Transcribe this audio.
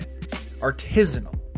artisanal